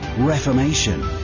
reformation